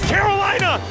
Carolina